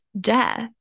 death